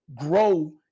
grow